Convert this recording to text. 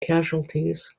casualties